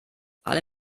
alle